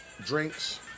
drinks